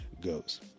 goes